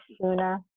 sooner